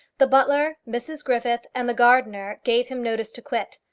the butler, mrs griffith, and the gardener gave him notice to quit.